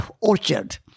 orchard